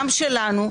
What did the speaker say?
גם שלנו,